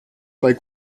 bei